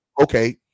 okay